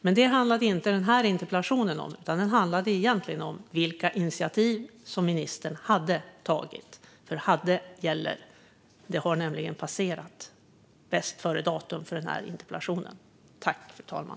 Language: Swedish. Men detta är inte vad den här interpellationen handlade om. Den handlade egentligen om vilka initiativ som ministern hade tagit. Jag säger "hade", för det har nämligen passerat bästföredatum för den här interpellationen.